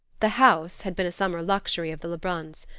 the house had been a summer luxury of the lebruns.